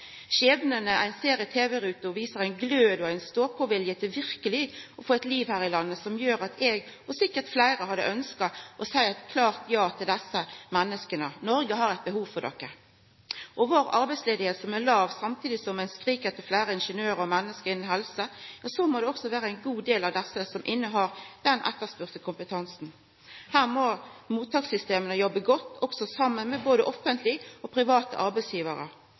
ein ser i tv-ruta viser at dei har ein glød og ein stå-på-vilje til verkeleg å få eit liv her i landet, noko som gjer at eg, og sikkert fleire, hadde ønskt å seia eit klart ja til desse menneska. Noreg har behov for dykk! Arbeidsløysa vår er låg. Samstundes som ein skrik etter fleire ingeniørar og menneske innan helsesektoren, må det også vera ein god del av desse nye som har den etterspurde kompetansen. Her må mottakssystema jobba godt – saman med både offentlege og private